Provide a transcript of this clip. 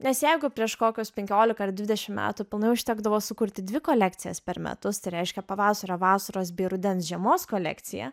nes jeigu prieš kokius penkiolika ar dvidešim metų pilnai užtekdavo sukurti dvi kolekcijas per metus tai reiškia pavasario vasaros bei rudens žiemos kolekciją